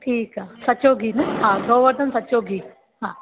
ठीकु आहे सचो गिहु न हा गोर्वधन सचो गिहु हा